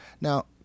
Now